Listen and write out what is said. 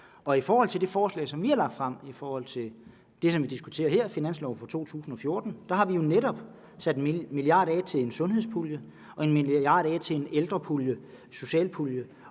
I forhold til det forslag, som vi har lagt frem til det, som vi diskuterer her, finansloven for 2014, har vi jo netop sat 1 mia. kr. af til en sundhedspulje og 1 mia. kr. af til en ældrepulje, socialpulje,